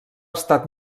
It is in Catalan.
estat